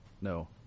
no